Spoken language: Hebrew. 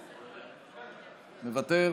מוותר.